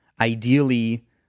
ideally